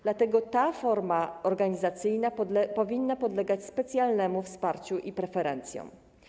Dlatego ta forma organizacyjna powinna podlegać specjalnemu wsparciu i preferencjom.